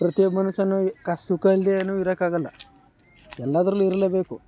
ಪ್ರತಿಯೊಬ್ಬ ಮನುಷ್ಯನೂ ಏ ಕಷ್ಟ ಸುಖ ಇಲ್ಲದೆ ಏನು ಇರೋಕೆ ಆಗೋಲ್ಲ ಎಲ್ಲದ್ರಲ್ಲೂ ಇರಲೇಬೇಕು